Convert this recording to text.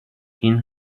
این